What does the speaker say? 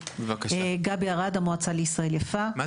אני מזכירה אתמול היה יום איכות הסביבה.